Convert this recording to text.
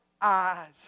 eyes